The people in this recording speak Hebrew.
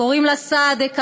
קוראים לה סעדה קרנה,